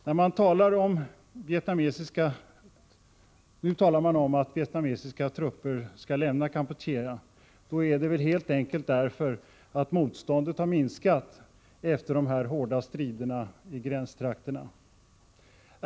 När man talar om att vietnamesiska trupper skall lämna Kampuchea är det väl helt enkelt därför att motståndet har minskat efter de hårda striderna i gränstrakterna.